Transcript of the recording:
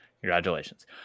Congratulations